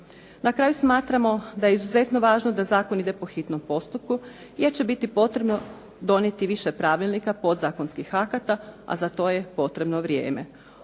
Na kraju smatramo da je izuzetno važno da zakon ide po hitnom postupku jer će biti potrebno donijeti više pravilnika, podzakonskih akata, a za to je potrebno vrijeme.